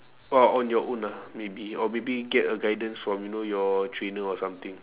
ah on your own ah maybe or maybe get a guidance from you know your trainer or something